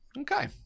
Okay